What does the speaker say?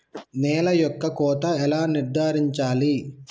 నేల యొక్క కోత ఎలా నిర్ధారించాలి?